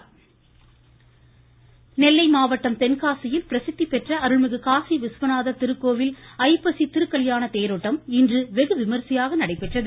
கோவில் நெல்லை மாவட்டம் தென்காசியில் பிரசித்தி பெற்ற அருள்மிகு காசி விஸ்வநாதர் திருக்கோயில் ஐப்பசி திருக்கல்யாணத் தேரோட்டம் இன்று வெகு விமரிசையாக நடைபெற்றது